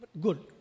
Good